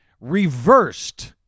reversed